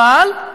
אבל,